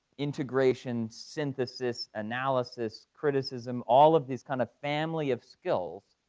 integration, synthesis, analysis, criticism, all of these kind of family of skills.